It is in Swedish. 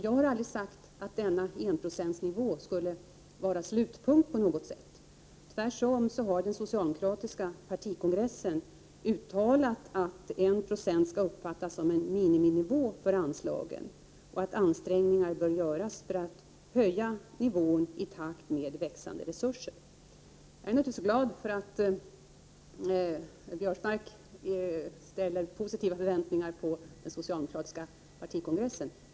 Jag har aldrig sagt att denna enprocentsnivå skulle vara en slutpunkt. Tvärtom har den socialdemokratiska partikongressen uttalat att 1 20 skall uppfattas som en miniminivå för anslagen och att ansträngningar bör göras för att höja nivån i takt med växande resurser. Jag är naturligtvis glad för att Biörsmark ställer positiva förväntningar på den socialdemokratiska partikongressen.